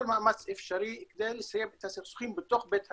מאמץ אפשרי כדי לסיים את הסכסוכים בתוך בית הדין.